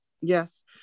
Yes